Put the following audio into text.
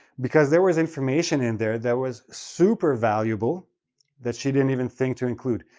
because there was information in there that was super valuable that she didn't even think to include.